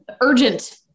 urgent